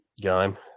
game